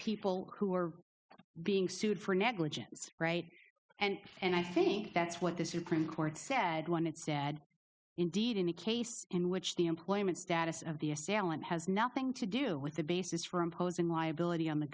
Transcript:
people who are being sued for negligence right and and i think that's what the supreme court said when it's sad indeed in a case in which the employment status of the assailant has nothing to do with the basis for imposing liability on the